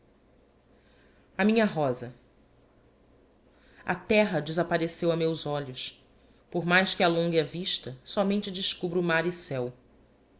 a minha rosa a terra desappareceu a meus olhos por mais que alongue a vista somente descubro mar e céu